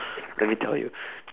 let me tell you